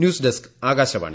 news desk Akashvani